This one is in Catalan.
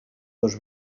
dos